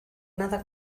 nada